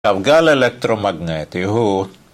גל אלקטרומגנטי הוא